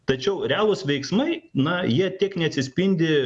tačiau realūs veiksmai na jie tiek neatsispindi